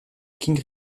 king